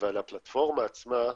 אבל הפלטפורמה עצמה,